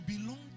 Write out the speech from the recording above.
belong